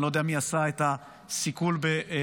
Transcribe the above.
אני לא יודע מי עשה את הסיכול בטהרן,